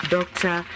Doctor